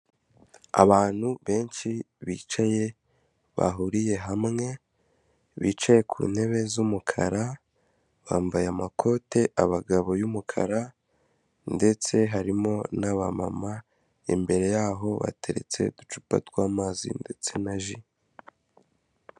Abantu benshi bicaye bahuriye hamwe bicaye ku ntebe z'umukara, bambaye amakoti abagabo y'umukara ndetse harimo n'abamama, imbere yabo hateretse uducupa tw'amazi ndetse na ji.